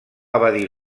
evadir